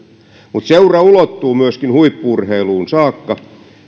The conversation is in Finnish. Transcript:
mutta seura ulottuu myöskin huippu urheiluun saakka ja